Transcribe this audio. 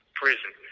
prison